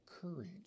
courage